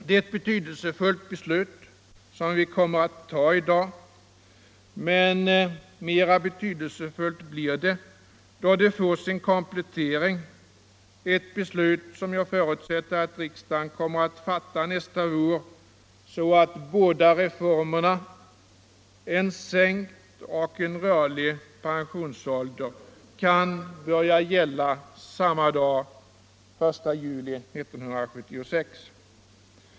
Det är ett betydelsefullt beslut som vi kommer att fatta i dag, men ännu mera betydelsefullt blir det då det får sin komplettering genom ett beslut som jag förutsätter att riksdagen kommer att fatta nästa år, så att båda reformerna — om sänkt och om rörlig pensionsålder — kan börja gälla på samma dag, den 1 juli 1976.